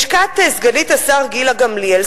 לשכת סגנית השר גילה גמליאל,